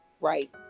Right